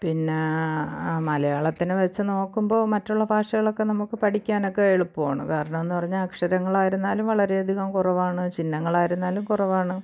പിന്നെ മലയാളത്തിനെ വച്ച് നോക്കുമ്പോൾ മറ്റുള്ള ഭാഷകളൊക്കെ നമുക്ക് പഠിക്കാനൊക്കെ എളുപ്പമാണ് കാരണം എന്ന് പറഞ്ഞാൽ അക്ഷരങ്ങളായിരുന്നാലും വളരെ അധികം കുറവാണ് ചിഹ്നങ്ങൾ ആയിരുന്നാലും കുറവാണ്